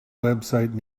website